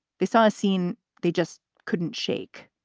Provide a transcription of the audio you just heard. they saw a scene they just couldn't shake